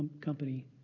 company